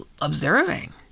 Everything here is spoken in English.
observing